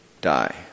die